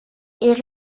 est